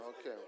Okay